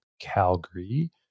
Calgary